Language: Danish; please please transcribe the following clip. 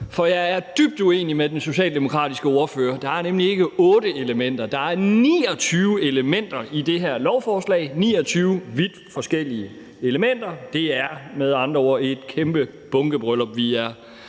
Og jeg er dybt uenig med den socialdemokratiske ordfører, for der er nemlig ikke otte elementer; der er 29 elementer i det her lovforslag – 29 vidt forskellige elementer. Det er med andre ord et kæmpe bunkebryllup, vi er